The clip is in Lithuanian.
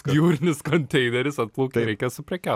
jūrinis konteineris atplaukė reikia suprekiaut